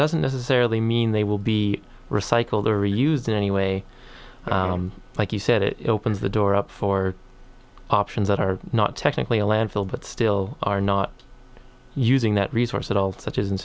doesn't necessarily mean they will be recycled or used in any way like you said it opens the door up for options that are not technically a landfill but still are not using that resource at all such as